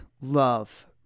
love